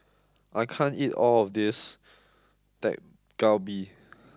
I can't eat all of this Dak Galbi